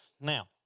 Now